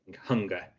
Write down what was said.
hunger